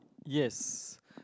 yes